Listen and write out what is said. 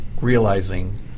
realizing